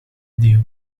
dio